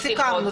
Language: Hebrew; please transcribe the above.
זה מה שסיכמנו.